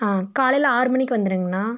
ஆ காலையில் ஆறு மணிக்கு வந்துடுங்ண்ணா